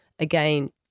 again